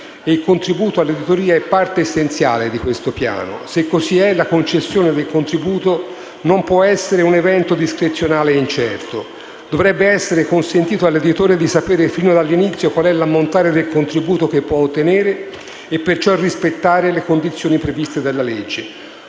il contributo all'editoria è parte essenziale di questo piano. Se così è, la concessione del contributo non può essere un evento discrezionale e incerto. Dovrebbe essere consentito all'editore di sapere sin dall'inizio qual è l'ammontare del contributo che può ottenere e, perciò, rispettare le condizioni previste dalla legge.